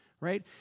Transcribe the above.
Right